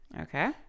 Okay